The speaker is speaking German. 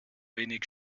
wenig